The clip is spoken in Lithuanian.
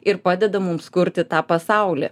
ir padeda mums kurti tą pasaulį